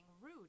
rude